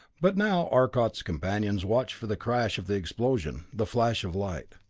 but now arcot's companions watched for the crash of the explosion, the flash of light.